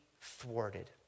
thwarted